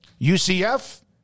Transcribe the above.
UCF